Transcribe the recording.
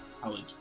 college